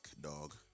dog